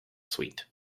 sweet